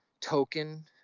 token